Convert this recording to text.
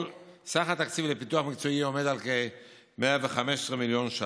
סך התקציב לפיתוח מקצועי הוא כ-115 מיליון ש"ח.